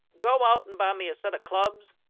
go out and buy me a set of clubs,